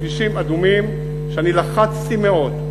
כבישים אדומים שאני לחצתי מאוד,